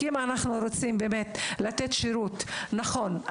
כי אם אנחנו רוצים באמת לתת שירות נכון,